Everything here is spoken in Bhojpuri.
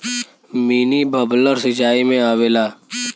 मिनी बबलर सिचाई में आवेला